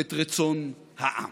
את רצון העם,